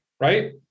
right